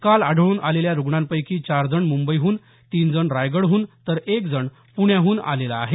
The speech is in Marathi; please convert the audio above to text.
काल आढळून आलेल्या रूग्णांपैकी चार जण मुंबईहून तीन जण रायगडहून तर एक जण प्ण्याहून आलेला आहे